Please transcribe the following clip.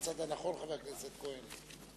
בצד הנכון, חבר הכנסת כהן.